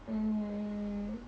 mm